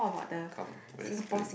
come let's play